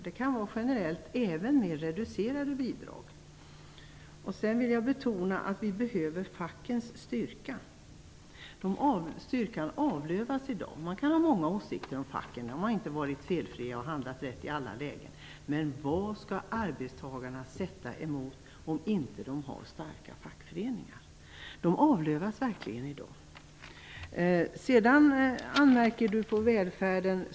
Den kan var generell även med reducerade bidrag. Jag vill betona att vi behöver fackens styrka. De "avlövas" i dag. Man kan ha många åsikter om facken, de har inte varit felfria och inte handlat rätt i alla lägen. Men vad skall arbetstagarna sätta emot om de inte har starka fackföreningar? Facken "avlövas" verkligen i dag. Andreas Carlgren anmärker på välfärden.